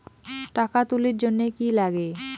টাকা তুলির জন্যে কি লাগে?